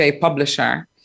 publisher